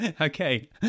Okay